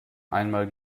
einmal